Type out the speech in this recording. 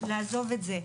לעזוב את זה.